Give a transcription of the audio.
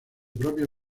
propia